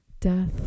Death